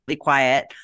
quiet